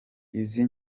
izi